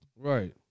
right